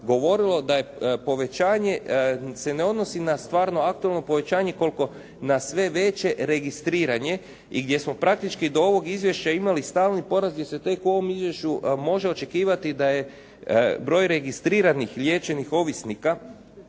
govorilo da je povećanje se ne odnosi na stvarno aktualno povećanje koliko na sve veće registriranje i gdje smo praktički do ovog izvješća imali stalni porast gdje se tek u ovom Izvješću može očekivati da je broj registriranih liječenih ovisnika